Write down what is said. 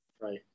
Right